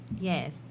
Yes